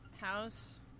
house